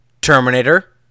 Terminator